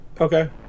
Okay